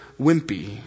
wimpy